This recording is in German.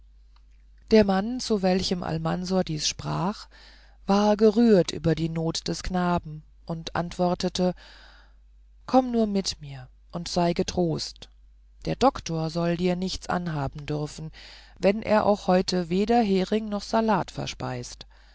der mann zu welchem almansor dies sprach war gerührt über die not des knaben und antwortete komm nur mit mir und sei getrost der doktor soll dir nichts anhaben dürfen wenn er auch heute weder hering noch salat verspeist